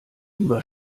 über